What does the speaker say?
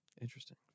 Interesting